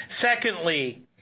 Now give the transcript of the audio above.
Secondly